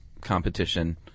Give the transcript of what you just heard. competition